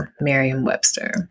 Merriam-Webster